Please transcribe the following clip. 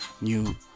new